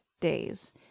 days